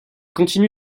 continue